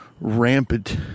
rampant